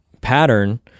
pattern